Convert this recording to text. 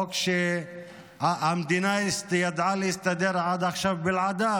חוק שהמדינה ידעה להסתדר עד עכשיו בלעדיו.